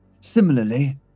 Similarly